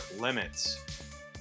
limits